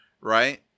Right